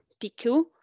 PQ